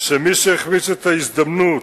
שמי שהחמיץ את ההזדמנות,